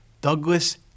Douglas